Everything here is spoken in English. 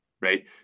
right